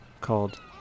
called